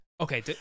Okay